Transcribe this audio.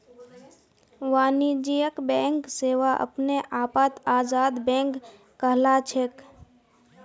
वाणिज्यिक बैंक सेवा अपने आपत आजाद बैंक कहलाछेक